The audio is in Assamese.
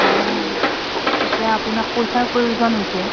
অঁ এতিয়া আপোনাক পইচাৰ প্ৰয়োজন হৈছে